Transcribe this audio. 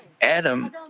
Adam